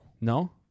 No